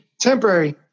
Temporary